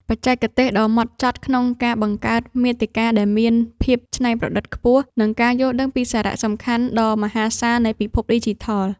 បច្ចេកទេសដ៏ម៉ត់ចត់ក្នុងការបង្កើតមាតិកាដែលមានភាពច្នៃប្រឌិតខ្ពស់ និងការយល់ដឹងពីសារៈសំខាន់ដ៏មហាសាលនៃពិភពឌីជីថល។